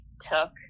took